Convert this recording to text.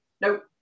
nope